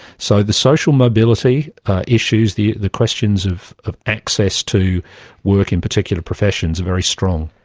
so the social mobility issues, the the questions of of access to work in particular professions are very strong.